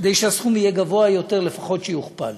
כדי שהסכום יהיה גבוה יותר, לפחות שיוכפל,